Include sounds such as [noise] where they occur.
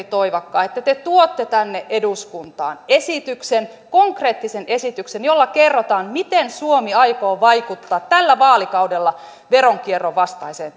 [unintelligible] toivakka että te tuotte tänne eduskuntaan esityksen konkreettisen esityksen jolla kerrotaan miten suomi aikoo vaikuttaa tällä vaalikaudella veronkierron vastaiseen [unintelligible]